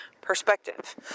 perspective